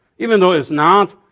even though it's not,